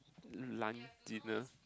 lunch dinner